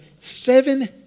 seven